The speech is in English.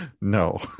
No